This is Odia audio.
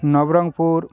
ନବରଙ୍ଗପୁର